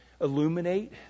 illuminate